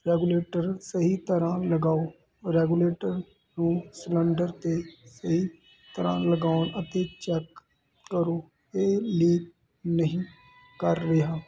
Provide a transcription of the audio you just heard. regulator ਸਹੀ ਤਰਾਂ ਲਗਾਓ ਰੈਗੂਲੇਟਰ ਨੂੰ ਸਲੰਡਰ ਤੇ ਸਹੀ ਤਰਾਂ ਲਗਾਉਣ ਅਤੇ ਚੈੱਕ ਕਰੋ ਇਹ ਲੀਕ ਨਹੀਂ ਕਰ ਰਿਹਾ